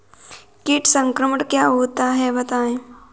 कीट संक्रमण क्या होता है बताएँ?